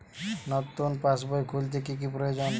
নতুন পাশবই খুলতে কি কি প্রয়োজন?